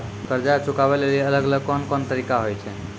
कर्जा चुकाबै लेली अलग अलग कोन कोन तरिका होय छै?